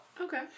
Okay